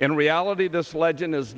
in reality this legend is